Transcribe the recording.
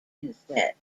instead